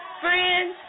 friends